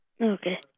Okay